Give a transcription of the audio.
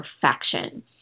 perfection